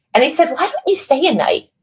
and he said, why don't you stay a night?